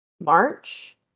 March